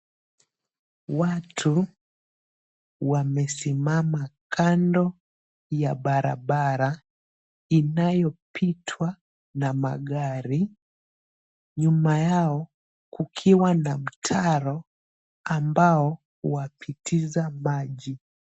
Watu wamesimama kando ya barabara inayopitwa na magari, nyuma yao kukiwa na mtaro ambao wapitiza maji.